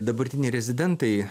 dabartiniai rezidentai